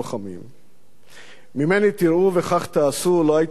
"ממני תראו וכך תעשו" לא היתה ססמה ריקה מתוכן,